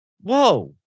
whoa